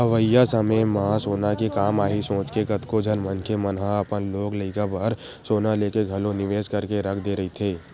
अवइया समे म सोना के काम आही सोचके कतको झन मनखे मन ह अपन लोग लइका बर सोना लेके घलो निवेस करके रख दे रहिथे